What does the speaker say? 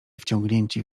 wciągnięci